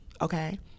okay